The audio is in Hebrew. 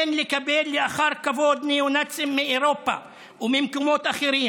אין לקבל אחר כבוד ניאו-נאצים מאירופה וממקומות אחרים